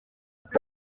muri